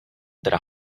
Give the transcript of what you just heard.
teda